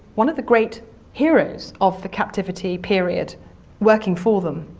one of the great heroes of the captivity period working for them,